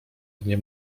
nie